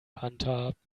handhabt